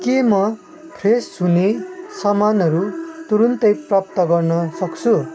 के म फ्रेस हुने सामानहरू तुरुन्तै प्राप्त गर्न सक्छु